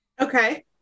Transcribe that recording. Okay